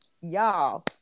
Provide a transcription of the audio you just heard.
y'all